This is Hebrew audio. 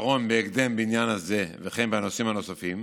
פתרון בהקדם בעניין הזה וכן בנושאים נוספים,